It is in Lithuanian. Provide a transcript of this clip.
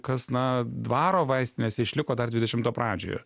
kas na dvaro vaistinėse išliko dar dvidešimto pradžioje